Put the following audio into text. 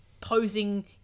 posing